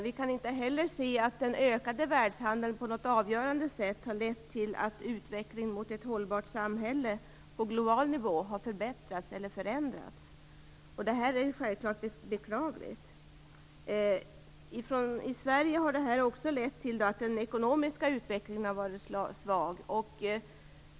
Vi kan inte heller se att den ökade världshandeln på något avgörande sätt har lett till att utvecklingen mot ett hållbart samhälle på global nivå har förbättrats eller förändrats. Det är självklart beklagligt. I Sverige har detta också lett till att den ekonomiska utvecklingen har varit svag.